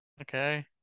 okay